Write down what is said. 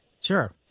Sure